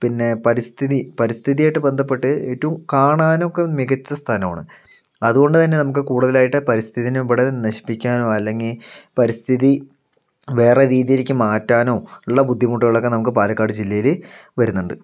പിന്നെ പരിസ്ഥിതി പരിസ്ഥിതി ആയിട്ട് ബന്ധപ്പെട്ട് ഏറ്റവും കാണാനൊക്കെ മികച്ച സ്ഥലവാണ് അതുകൊണ്ട് തന്നെ നമുക്ക് കൂടുതലായിട്ട് പരിസ്ഥിതീനിവിടെ നശിപ്പിക്കാനൊ അല്ലെങ്കിൽ പരിസ്ഥിതി വേറേ രീതീലേക്കു മാറ്റാനോ ഉള്ള ബുദ്ധിമുട്ടുകളൊക്കെ നമുക്ക് പാലക്കാട് ജില്ലയില് വരുന്നുണ്ട്